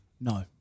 no